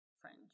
French